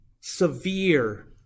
severe